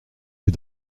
les